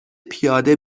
پیاده